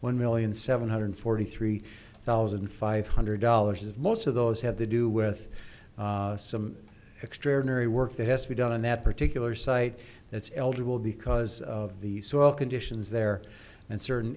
one million seven hundred forty three thousand five hundred dollars as most of those have to do with some extraordinary work that has to be done on that particular site that's eligible because of the soil conditions there and certain